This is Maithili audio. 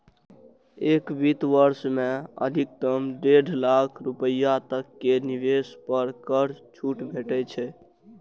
एक वित्त वर्ष मे अधिकतम डेढ़ लाख रुपैया तक के निवेश पर कर छूट भेटै छै